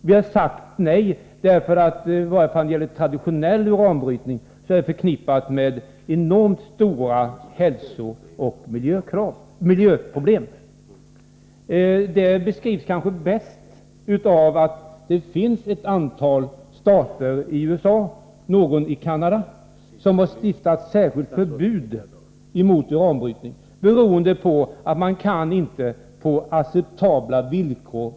Vi har sagt nej därför att i varje fall traditionell uranbrytning är förknippad med enormt stora hälsooch miljöproblem. Det beskrivs kanske bäst av att det finns ett antal stater i USA och någon i Canada som har stiftat särskild lag med förbud mot uranbrytning — beroende på att man inte kan klara denna brytning på acceptabla villkor.